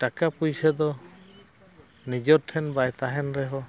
ᱴᱟᱠᱟ ᱯᱩᱭᱥᱟᱹ ᱫᱚ ᱱᱤᱡᱚᱨ ᱴᱷᱮᱱ ᱵᱟᱭ ᱛᱟᱦᱮᱱ ᱨᱮᱦᱚᱸ